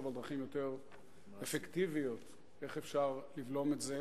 על דרכים יותר אפקטיביות איך אפשר לבלום את זה,